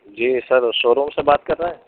جی sir showroom سے بات کر رہے ہیں